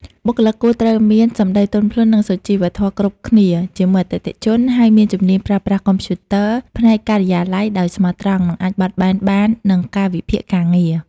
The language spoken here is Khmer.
បុគ្គលិកគួរត្រូវមាន សំដីទន់ភ្លន់ និងសុជីវធម៌គ្រប់គ្នាជាមួយអតិថិជន ហើយមានជំនាញប្រើប្រាស់កុំព្យូទ័រផ្នែកការិយាល័យដោយស្មោះត្រង់ និងអាចបត់បែនបាននឹងកាលវិភាគការងារ។